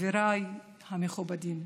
חבריי המכובדים,